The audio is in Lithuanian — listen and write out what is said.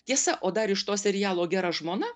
tiesa o dar iš to serialo gera žmona